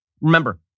remember